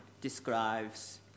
describes